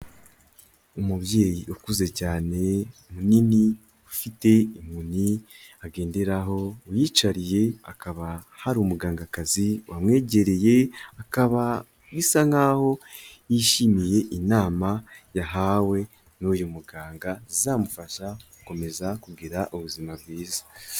Umubyeyi ukuze cyane, munini, ufite inkoni agenderaho, yiyicariye, akaba hari umugangakazi wamwegereye, akaba bisa nkaho yishimiye inama yahawe n'uyu muganga zizamufasha gukomeza kugira ubuzima bwiza.